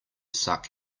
suck